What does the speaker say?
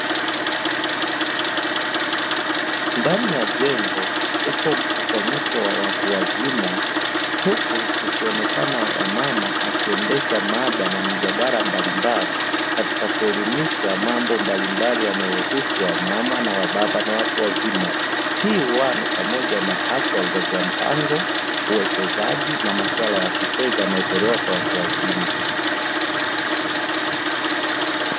Ndani ya jengo upo mkusanyiko wa watu wazima, huku kukionekana wamama wakiendesha mada ya mijadala mbalimbali katika kuelimisha mambo mbalimbali yanayowahusu wamama na wababa na watu wazima. Hii hua pamoja na afya ya uzazi wa mpango, uwekezaji na masuala ya kifedha yanayotolewa kwa watu wazima.